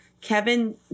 Kevin